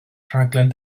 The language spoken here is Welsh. rhaglen